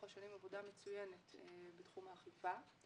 השנים עבודה מצוינת בתחום האכיפה.